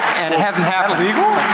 and have them half illegal?